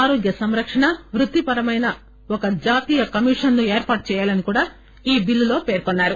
ఆరోగ్య సంరక్షణ వృత్తిపరమైన ఒక జాతీయ కమిషన్ ను ఏర్పాటు చేయాలని కూడా ఈ బిల్లులో పేర్కొన్నారు